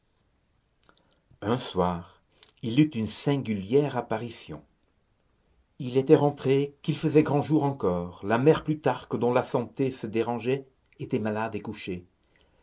soir il eut une singulière apparition il était rentré qu'il faisait grand jour encore la mère plutarque dont la santé se dérangeait était malade et couchée